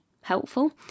helpful